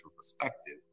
perspective